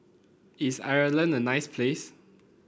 is Ireland a nice place